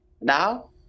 now